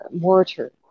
mortar